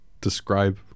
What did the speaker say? describe